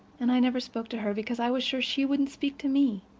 and i never spoke to her because i was sure she wouldn't speak to me.